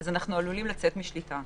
אנחנו עלולים לצאת משליטה.